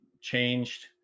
changed